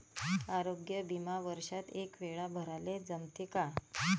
आरोग्य बिमा वर्षात एकवेळा भराले जमते का?